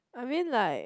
I mean like